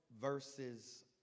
verses